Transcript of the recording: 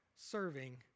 serving